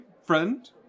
Friend